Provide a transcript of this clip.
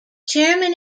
chairman